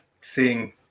seeing